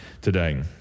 today